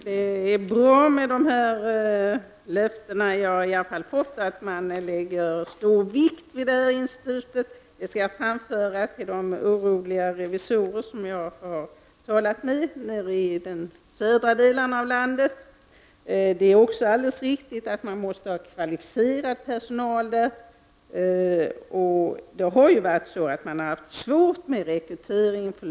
Herr talman! Det är bra att jag fått löftet att man skall lägga stor vikt vid detta institut — det skall jag framföra till de oroliga revisorer som jag har talat med i de södra delarna av landet. Det är också alldeles riktigt att man måste ha tillgång till kvalificerad personal, och sådan har det varit svårt att rekrytera.